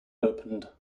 opened